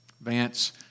Vance